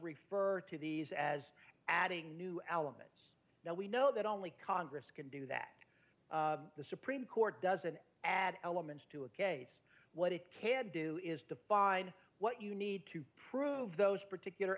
refer to these as adding new elements now we know that only congress can do that the supreme court doesn't add elements to a case what it can do is define what you need to prove those particular